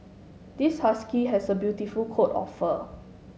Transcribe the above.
this husky has a beautiful coat of fur